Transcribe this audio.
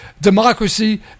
democracy